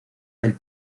del